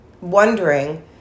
wondering